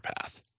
path